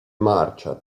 marcia